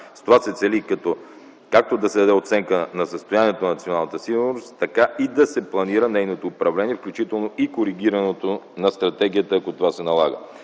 С това се цели както да се даде оценка на състоянието на националната сигурност, така и да се планира нейното управление, включително и коригирането на стратегията, ако това се налага.